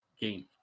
game